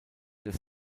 des